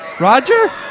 Roger